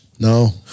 No